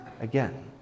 again